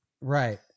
Right